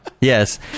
yes